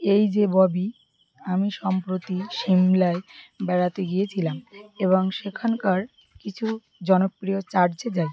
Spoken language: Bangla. এই যে ববি আমি সম্প্রতি শিমলায় বেড়াতে গিয়েছিলাম এবং সেখানকার কিছু জনপ্রিয় চার্চে যাই